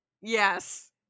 Yes